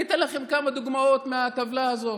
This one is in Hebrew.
אני אתן לכם כמה דוגמאות מהטבלה הזאת: